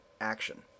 action